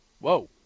Whoa